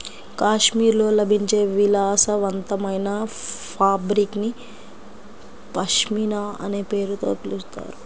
కాశ్మీర్లో లభించే విలాసవంతమైన ఫాబ్రిక్ ని పష్మినా అనే పేరుతో పిలుస్తారు